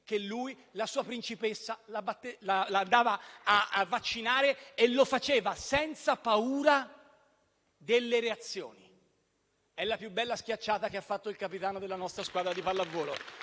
che lui andava a vaccinare la sua principessa e lo faceva senza paura delle reazioni. È la più bella schiacciata che ha fatto il capitano della nostra squadra di pallavolo.